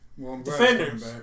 Defenders